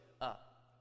up